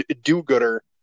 do-gooder